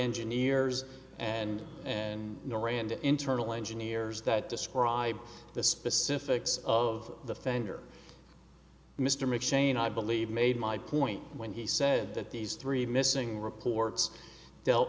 engineers and and noranda internal engineers that describe the specifics of the fender mr mcshane i believe made my point when he said that these three missing reports dealt